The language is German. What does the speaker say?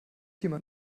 jemand